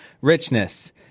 richness